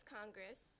Congress